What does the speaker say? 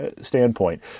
standpoint